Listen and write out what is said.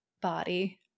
body